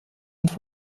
und